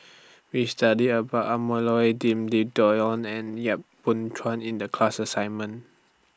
We studied about Loi Lim and Yap Boon Chuan in The class assignment